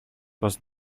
was